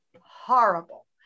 Horrible